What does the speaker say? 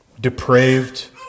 depraved